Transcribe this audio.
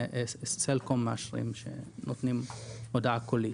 סלקום מאשרים שנותנים הודעה קולית.